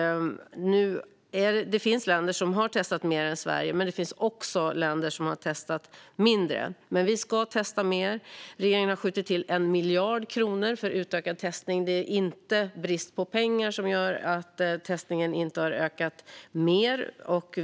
Det finns länder som har testat mer än Sverige, men det finns också länder som har testat mindre. Vi ska dock testa mer. Regeringen har skjutit till 1 miljard kronor för utökad testning. Det är inte brist på pengar som gör att testningen inte har ökat mer.